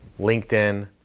linkedin,